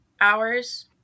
hours